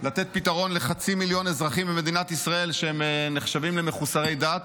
לתת פתרון לחצי מיליון אזרחים במדינת ישראל שנחשבים מחוסרי דת,